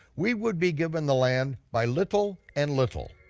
we would be given the land by little and little.